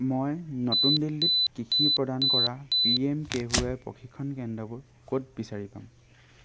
মই নতুন দিল্লীত কৃষি প্ৰদান কৰা P M K V Y প্ৰশিক্ষণ কেন্দ্ৰবোৰ ক'ত বিচাৰি পাম